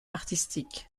artistique